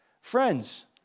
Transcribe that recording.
friends